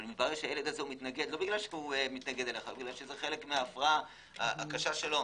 אבל מתברר שהוא מתנגד כי זה חלק מההפרעה הקשה שלו.